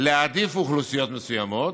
להעדיף אוכלוסיות מסוימות,